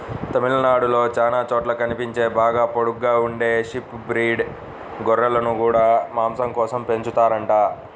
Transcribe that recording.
తమిళనాడులో చానా చోట్ల కనిపించే బాగా పొడుగ్గా ఉండే షీప్ బ్రీడ్ గొర్రెలను గూడా మాసం కోసమే పెంచుతారంట